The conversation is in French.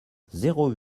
zéro